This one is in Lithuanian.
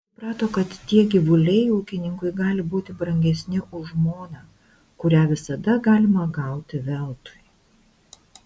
suprato kad tie gyvuliai ūkininkui gali būti brangesni už žmoną kurią visada galima gauti veltui